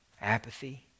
apathy